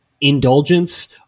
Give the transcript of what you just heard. indulgence